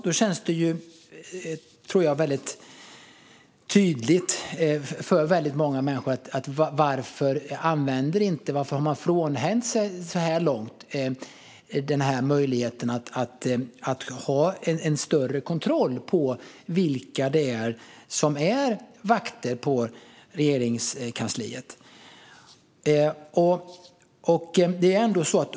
Då tror jag att väldigt många människor undrar varför regeringen så här långt har frånhänt sig denna möjlighet att ha större kontroll på vilka som är vakter på Regeringskansliet.